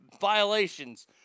violations